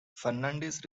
fernandez